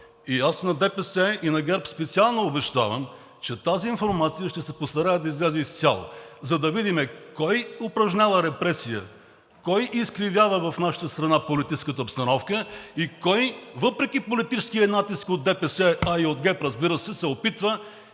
и на ДПС, и на ГЕРБ, че ще се постарая тази информация да излезе изцяло, за да видим кой упражнява репресия, кой изкривява в нашата страна политическата обстановка и кой въпреки политическия натиск от ДПС и от ГЕРБ, разбира се, се опитва